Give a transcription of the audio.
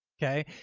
okay.